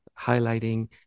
highlighting